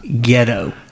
ghetto